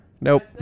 Nope